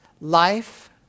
life